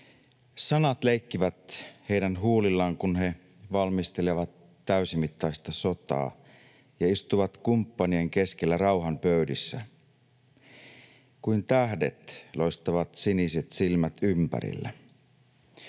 ”Sanat leikkivät heidän huulillaan, kun he valmistelevat täysimittaista sotaa ja istuvat kumppanien keskellä rauhan pöydissä. Kuin tähdet loistavat siniset silmät ympärillä.